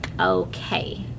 okay